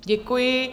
Děkuji.